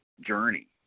journey